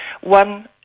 one